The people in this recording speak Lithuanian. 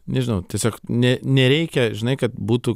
nežinau tiesiog nė nereikia žinai kad būtų